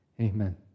amen